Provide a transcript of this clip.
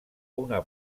una